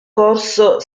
corso